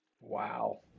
Wow